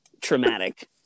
traumatic